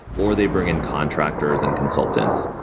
or they bring in contractors and consultants.